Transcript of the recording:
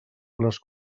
les